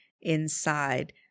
inside